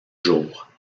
jours